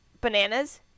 bananas